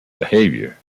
behavior